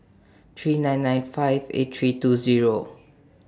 three nine nine five eight three two Zero